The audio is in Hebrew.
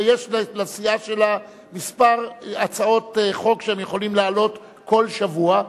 ויש לסיעה שלה כמה הצעות חוק שהיא יכולה להעלות כל שבוע,